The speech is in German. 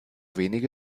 wenige